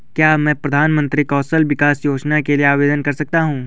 क्या मैं प्रधानमंत्री कौशल विकास योजना के लिए आवेदन कर सकता हूँ?